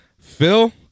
Phil